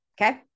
Okay